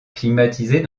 climatisée